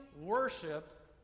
worship